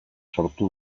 sortu